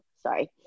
Sorry